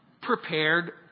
prepared